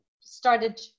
started